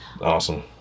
Awesome